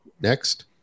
next